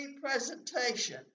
presentation